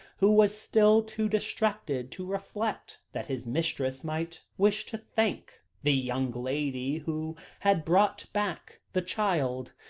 who was still too distracted to reflect that his mistress might wish to thank the young lady who had brought back the child.